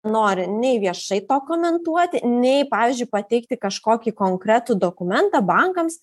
nori nei viešai to komentuoti nei pavyzdžiui pateikti kažkokį konkretų dokumentą bankams